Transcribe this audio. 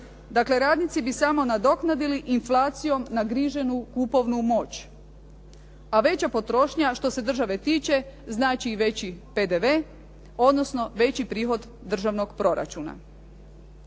Dakle, radnici bi samo nadoknadili inflacijom nagriženu kupovnu moć. A veća potrošnja, što se države tiče, znači i veći PDV, odnosno veći prihod državnog proračuna.